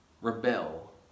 rebel